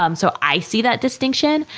um so, i see that distinction,